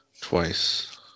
Twice